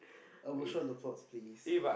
please